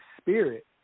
Spirit